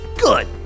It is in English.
Good